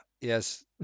yes